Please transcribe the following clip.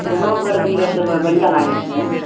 गाँव घर भी तऽ बढ़िआँ लागैत छै